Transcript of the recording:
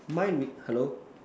mind re~ hello